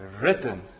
written